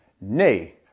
nay